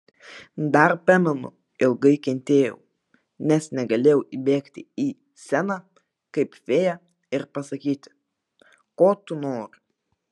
dar pamenu ilgai kentėjau nes negalėjau įbėgti į sceną kaip fėja ir pasakyti ko tu nori